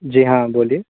जी हाँ बोलिए